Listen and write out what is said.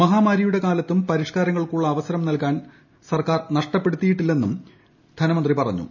മഹാമാരിയുടെ കാലത്തും പരിഷ്ക്കാരങ്ങൾക്കുള്ള അവസരം സർക്കാർ നഷ്ടപ്പെടുത്തിയിട്ടില്ലെന്നും ധനമന്ത്രി പറഞ്ഞു